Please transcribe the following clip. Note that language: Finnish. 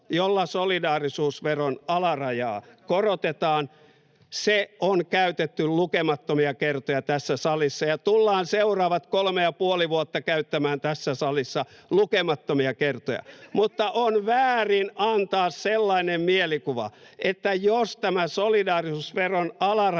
jolla solidaarisuusveron alarajaa korotetaan, on käytetty esimerkkinä lukemattomia kertoja tässä salissa ja tullaan seuraavat kolme ja puoli vuotta käyttämään tässä salissa lukemattomia kertoja, [Jussi Saramo: Entä se 700 miljoonaa?] mutta on väärin antaa sellainen mielikuva, että jos tämä solidaarisuusveron alarajan